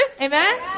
Amen